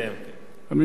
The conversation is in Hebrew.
נא לסיים.